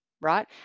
right